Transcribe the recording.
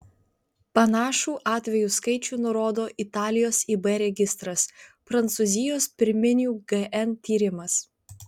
panašų atvejų skaičių nurodo italijos ib registras prancūzijos pirminių gn tyrimas